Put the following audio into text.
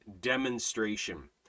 demonstration